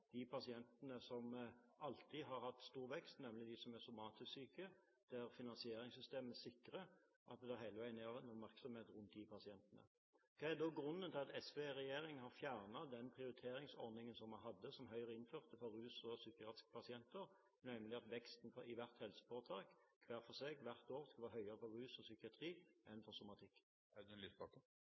disse pasientene prioriteres og faktisk prioriteres på bekostning av den gruppen med pasienter som alltid har hatt stor vekst, nemlig de somatisk syke. Finansieringssystemet sikrer at det hele tiden er en oppmerksomhet rundt de pasientene. Hva er da grunnen til at SV i regjering har fjernet den prioriteringsordningen som Høyre innførte, og som vi hadde for ruspasienter og psykiatriske pasienter, nemlig at veksten i hvert helseforetak – hver for seg, hvert år – skulle være høyere for rus og psykiatri enn for